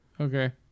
okay